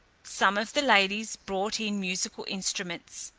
some of the ladies brought in musical instruments,